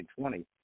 2020